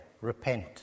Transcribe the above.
Repent